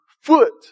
foot